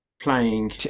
playing